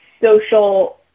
social